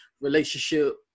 relationship